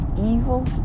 evil